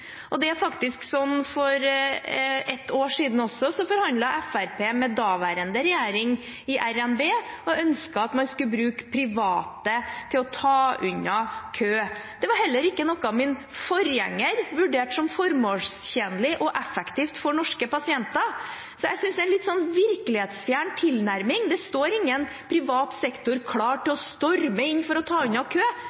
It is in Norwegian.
Det er sånn at for et år siden forhandlet Fremskrittspartiet med daværende regjering om RNB og ønsket at man skulle bruke private til å ta unna kø. Det var heller ikke noe min forgjenger vurderte som formålstjenlig og effektivt for norske pasienter. Så jeg synes det er en litt virkelighetsfjern tilnærming. Det står ingen privat sektor klar til